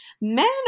Men